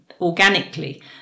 organically